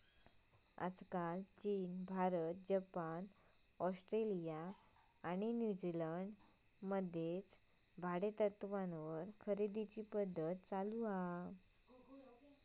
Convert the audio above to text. आजकाल चीन, Bharat, Japan, Australia आणि न्यूजीलंड मध्ये भाडेतत्त्वावर खरेदीची पध्दत चालु हा